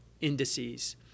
indices